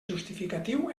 justificatiu